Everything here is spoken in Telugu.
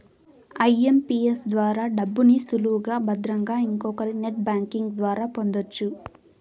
ఐఎంపీఎస్ ద్వారా డబ్బుని సులువుగా భద్రంగా ఇంకొకరికి నెట్ బ్యాంకింగ్ ద్వారా పొందొచ్చు